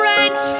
Rent